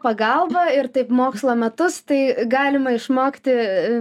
pagalba ir taip mokslo metus tai galima išmokti